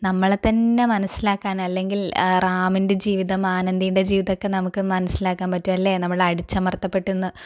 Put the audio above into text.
നമ്മളെത്തന്നെ മനസ്സിലാക്കാൻ അല്ലെങ്കിൽ റാമിൻ്റെ ജീവിതം ആനന്ദിയുടെ ജീവിതമൊക്കെ നമുക്ക് മനസിലാക്കാൻ പറ്റും അല്ലേ നമ്മള് അടിച്ചമർത്തിപ്പെട്ട് ഇന്ന്